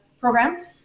program